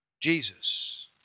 Jesus